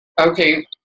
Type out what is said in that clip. Okay